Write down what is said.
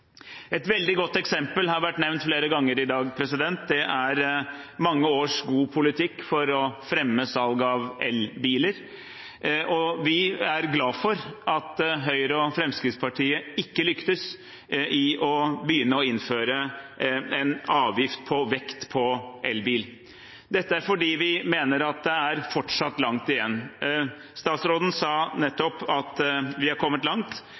Et veldig godt eksempel, som har vært nevnt flere ganger i dag, er mange års god politikk for å fremme salg av elbiler. Vi er glad for at Høyre og Fremskrittspartiet ikke lyktes i å innføre en avgift på vekt på elbil – dette fordi vi mener det fortsatt er langt igjen. Statsråden sa nettopp at vi er kommet langt.